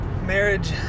Marriage